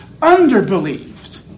underbelieved